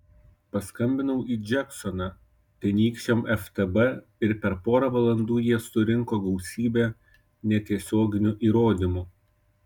paskambinau į džeksoną tenykščiam ftb ir per porą valandų jie surinko gausybę netiesioginių įrodymų